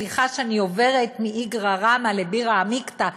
סליחה שאני עוברת מאיגרא רמא לבירא עמיקתא,